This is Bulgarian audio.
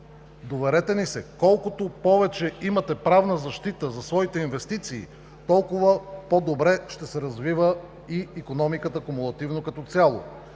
Доверете ни се. Колкото повече имате правна защита за своите инвестиции, толкова по-добре ще се развива и икономиката кумулативно като цяло.